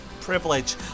privilege